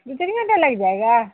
दो तीन घंटा लग जाएगा